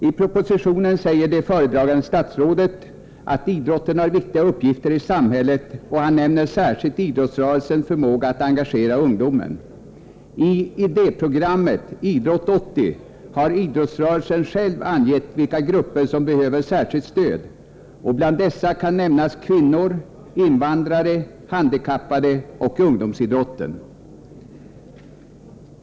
I propositionen säger det föredragande statsrådet att idrotten har viktiga uppgifter i samhället, och han nämner särskilt idrottsrörelsens förmåga att engagera ungdomen. I idéprogrammet Idrott 80 har idrottsrörelsen själv angett vilka grupper som behöver särskilt stöd, och bland dessa kan nämnas kvinnor, invandrare, handikappade och ungdomar inom ungdomsidrotten.